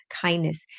kindness